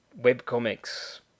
webcomics